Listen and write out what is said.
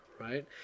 right